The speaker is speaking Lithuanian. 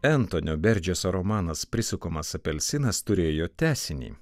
entonio berdžeso romanas prisukamas apelsinas turėjo tęsinį